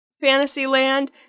Fantasyland